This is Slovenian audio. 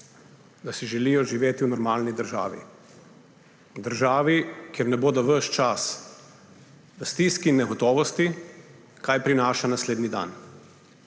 da si želijo živeti v normalni državi. V državi, kjer ne bodo ves čas v stiski in negotovosti, kaj prinaša naslednji dan.